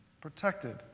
protected